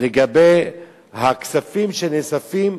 לגבי הכספים שנאספים,